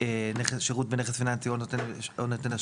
שירות בנכס פיננסי או נותן אשראי,